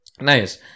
Nice